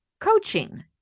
coaching